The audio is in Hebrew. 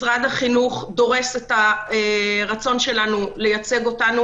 משרד החינוך דורס את רצוננו לייצג אותנו